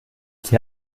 sie